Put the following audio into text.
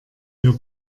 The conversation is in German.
wir